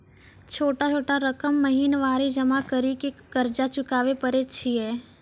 छोटा छोटा रकम महीनवारी जमा करि के कर्जा चुकाबै परए छियै?